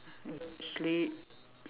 you sleep